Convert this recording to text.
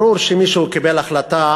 ברור שמישהו קיבל החלטה